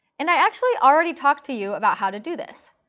and i actually already talked to you about how to do this.